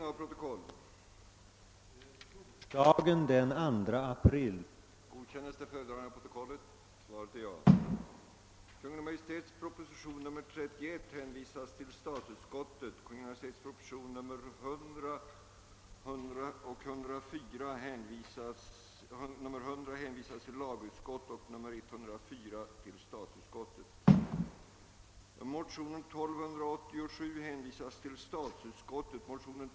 Samtidigt har det från olika håll gjorts gällande att det finns vissa risker med att förena de två uppgifterna att vara statsmakt och att vara företagare. Statsmakten fungerar sämre när den skall utövas gentemot av staten själv ägda företag och företagen fungerar sämre när de skall dirigeras av en politiskt styrd statsmakt. Dessa farhågor synes också bekräftade i vissa förvånansvärda förhållanden som rört statliga företag.